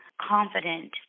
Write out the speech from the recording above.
confident